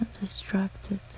distracted